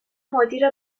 مدیر